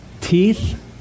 teeth